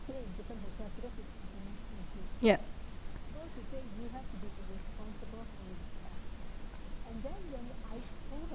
yup